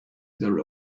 their